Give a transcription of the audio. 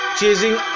chasing